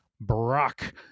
Brock—